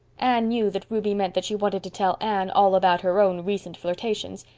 anne knew that ruby meant that she wanted to tell anne all about her own recent flirtations,